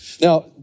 Now